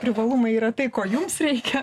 privalumai yra tai ko jums reikia